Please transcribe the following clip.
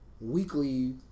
weekly